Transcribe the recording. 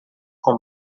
com